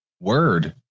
word